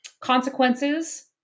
consequences